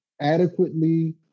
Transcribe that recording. adequately